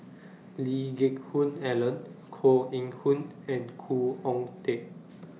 Lee Geck Hoon Ellen Koh Eng Hoon and Khoo Oon Teik